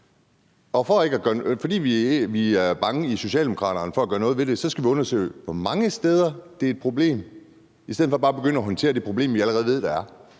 fordi man i Socialdemokratiet er bange for at gøre noget ved det, skal vi undersøge, hvor mange steder det er et problem, i stedet for bare at begynde at håndtere det problem, vi allerede ved der er,